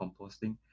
composting